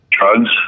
drugs